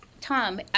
Tom